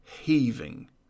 heaving